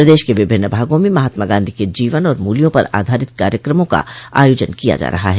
प्रदेश के विभिन्न भागों में महात्मा गांधी के जीवन और मूल्यों पर आधारित कार्यक्रमों का आयोजन किया जा रहा है